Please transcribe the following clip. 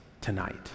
tonight